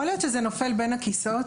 יכול להיות שזה נופל בין הכיסאות?